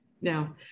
Now